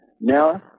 Now